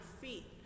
feet